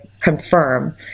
confirm